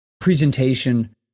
presentation